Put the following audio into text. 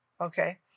okay